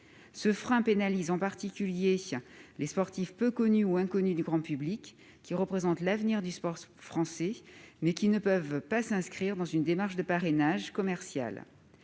Ce frein pénalise en particulier les sportifs peu ou non connus du grand public, qui représentent l'avenir du sport français, mais qui ne peuvent pas s'inscrire dans une démarche de parrainage commercial.